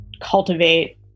cultivate